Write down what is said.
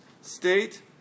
state